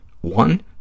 One